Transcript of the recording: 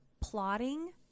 plotting